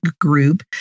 group